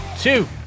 two